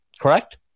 Correct